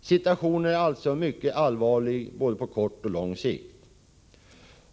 Situationen är alltså mycket allvarlig på både kort och lång sikt.